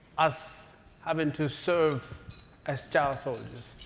us having to serve as child soldiers.